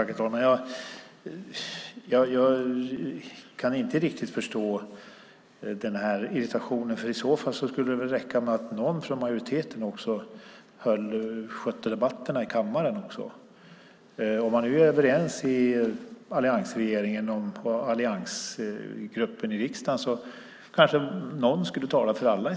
Herr talman! Jag kan inte riktigt förstå irritationen. I så fall skulle det väl räcka med att någon från majoriteten också skötte debatterna i kammaren. Om man nu är överens i alliansregeringen och i alliansgruppen i riksdagen kanske någon enda borde tala för alla.